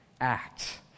act